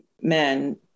men